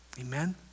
amen